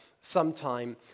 sometime